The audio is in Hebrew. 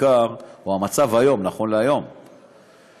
או המצב היום, נכון להיום כשהמדינה